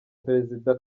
perezida